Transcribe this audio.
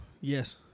Yes